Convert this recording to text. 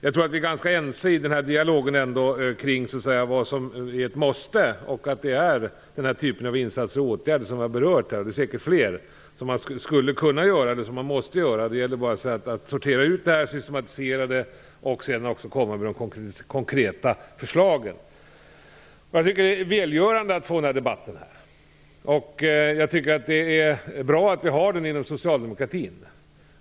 Jag tror att vi är ganska överens om vad som måste göras, och att det är den här typen av insatser och åtgärder som vi har berört här. Och det finns säkert fler som måste göras. Det gäller bara att sortera detta, systematisera det och komma med de konkreta förslagen. Det är välgörande att vi kan ha den här debatten. Det är bra att vi har den inom socialdemokratin.